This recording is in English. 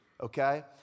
Okay